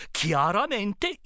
chiaramente